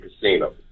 Casino